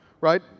right